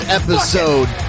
episode